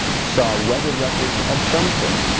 saw weather records of some sort.